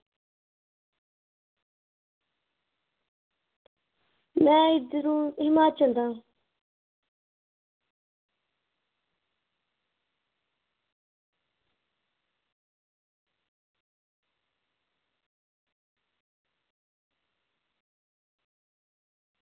में इद्धर हिमाचल दा